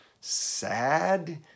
sad